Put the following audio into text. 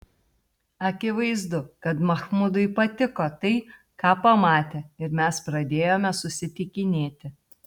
akivaizdu kad machmudui patiko tai ką pamatė ir mes pradėjome susitikinėti